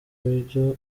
ibyo